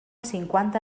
cinquanta